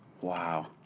Wow